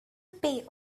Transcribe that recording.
pay